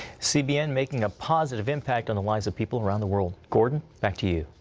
cbn making a positive impact on the lives of people around the world. gordon, back to you.